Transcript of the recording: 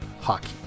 Hockey